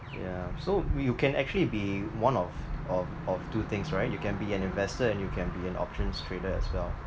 yeah so you can actually be one of of of two things right you can be an investor and you can be an options trader as well